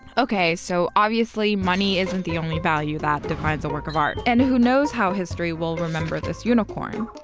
okay, so obviously money isn't the only value that defines a work of art and who knows how history will remember this unicorn.